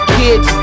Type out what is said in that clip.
kids